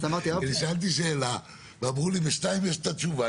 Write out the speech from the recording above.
אני שאלתי שאלה ואמרו לי שב-(2) יש את התשובה.